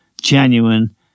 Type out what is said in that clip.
genuine